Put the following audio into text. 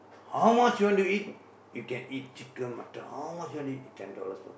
how much you want to eat you can eat chicken mutton how much you want to eat ten dollars